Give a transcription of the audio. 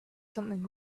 something